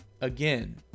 again